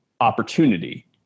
opportunity